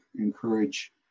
encourage